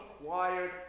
acquired